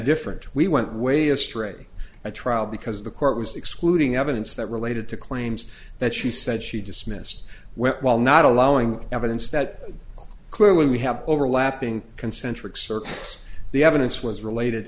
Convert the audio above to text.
different we went way astray at trial because the court was excluding evidence that related to claims that she said she dismissed well while not allowing evidence that clearly we have overlapping concentric circles the evidence was related